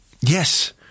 yes